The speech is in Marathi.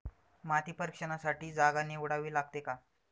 माती परीक्षणासाठी जागा निवडावी लागते का?